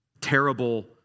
terrible